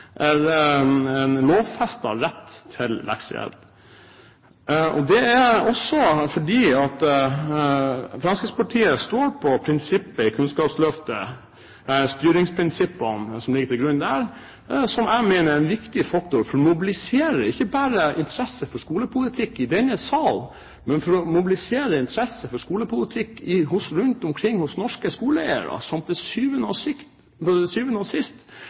en lovfestet rett til leksehjelp. Det er også fordi Fremskrittspartiet står på styringsprinsippene som ligger til grunn i Kunnskapsløftet, som jeg mener er en viktig faktor for å mobilisere interesse for skolepolitikk ikke bare i denne sal, men for å mobilisere interesse for skolepolitikk rundt omkring hos norske skoleeiere, som til syvende og